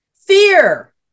Fear